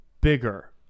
bigger